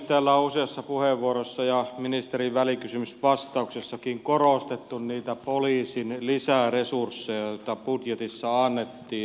täällä on useassa puheenvuorossa ja ministerin välikysymysvastauksessakin korostettu niitä poliisin lisäresursseja joita budjetissa annettiin